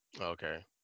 Okay